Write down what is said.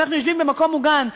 אנחנו יושבים במקום מוגן.